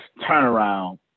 turnaround